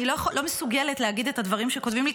אני לא מסוגלת להגיד את הדברים שכותבים לי,